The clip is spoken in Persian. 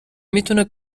میتونه